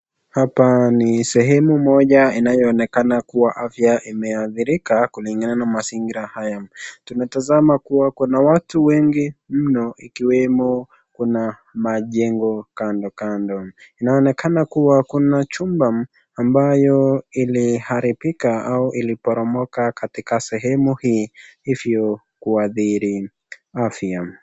Hapa ni sehemu moja inayoonekana kuwa afya imeathirika kulingana na mazingira haya, tumetazama kuwa kuna watu wengi mno ikiwemo kuna majengo kando kando, inaonekana kuwa kuna chumba ambayo iliharibika au iliharibika katika sehemu hii hivyo kuathiri afya.